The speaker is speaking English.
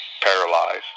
paralyzed